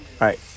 right